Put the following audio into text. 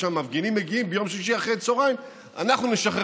כשהמפגינים מגיעים ביום שישי אחרי הצוהריים אנחנו נשחרר